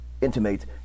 intimate